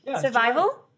Survival